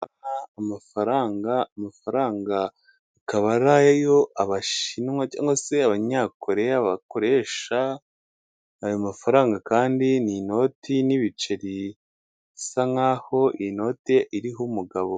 Amafaranga amafaranga akaba ari ayayo abashinwa cyangwa se abanyakoreya bakoresha ayo mafaranga kandi ni inoti n'ibiceri bisa nkaho iyi noti iriho umugabo.